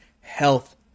health